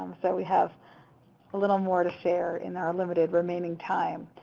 um so we have a little more to share in our limited remaining time.